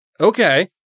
Okay